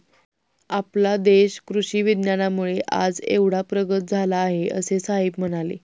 आपला देश कृषी विज्ञानामुळे आज एवढा प्रगत झाला आहे, असे साहेब म्हणाले